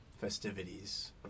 festivities